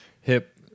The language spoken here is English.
hip